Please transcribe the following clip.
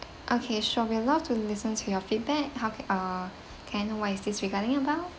okay sure we will love to listen to your feedback how ca~ uh can I know what is this regarding about